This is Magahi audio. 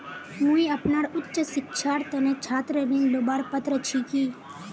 मुई अपना उच्च शिक्षार तने छात्र ऋण लुबार पत्र छि कि?